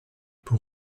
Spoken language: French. pour